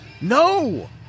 No